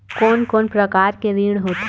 कोन कोन प्रकार के ऋण होथे?